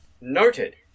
Noted